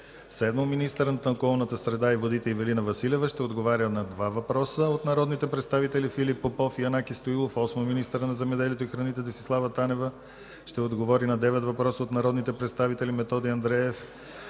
7. Министърът на околната среда и водите Ивелина Василева ще отговори на два въпроса от народните представители Филип Попов и Янаки Стоилов. 8. Министърът на земеделието и храните Десислава Танева ще отговори на девет въпроса от народните представители Методи Андреев,